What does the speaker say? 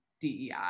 DEI